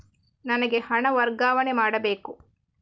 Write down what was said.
ನನಗೆ ಹಣ ವರ್ಗಾವಣೆ ಮಾಡಬೇಕು